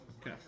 okay